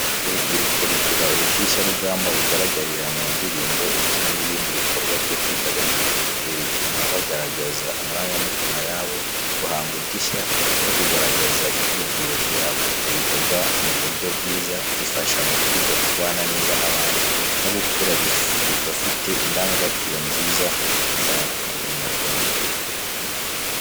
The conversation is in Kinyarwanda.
Urubyiruko rugira ubushyushyarugamba bugaragarira mu ndirimbo, imbyino n’ibindi bikorwa byo kwidagadura. Ibi bituma bagaragaza amarangamutima yabo, guhanga udushya no kugaragaza ibyiyumviro byabo. Ibyo bikorwa mu buryo bwiza, bifasha mu kwiga, kubana neza n’abandi no gukura bafite indangagaciro nziza, za Ndi Umunyarwanda.